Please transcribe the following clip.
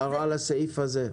הערה לסעיף הזה.